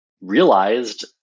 realized